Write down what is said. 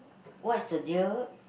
what is the deal